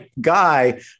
guy